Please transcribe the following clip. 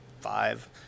five